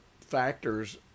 factors